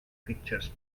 pictures